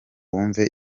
wumve